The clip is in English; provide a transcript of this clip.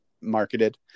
marketed